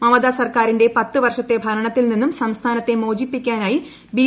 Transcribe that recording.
മമത സർക്കാരിന്റെ വർഷത്തെ ഭരണത്തിൽ നിന്നും സംസ്ഥാനത്തെ മോചിപ്പിക്കാനായി ബി